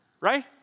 right